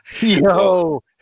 yo